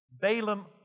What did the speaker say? Balaam